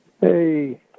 Hey